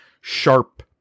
sharp